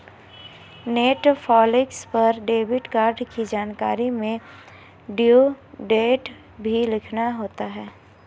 Netflix पर debit card की जानकारी में ड्यू डेट भी लिखना होता है